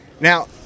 Now